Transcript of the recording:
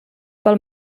pel